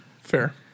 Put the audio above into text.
Fair